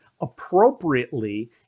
appropriately